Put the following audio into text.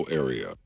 area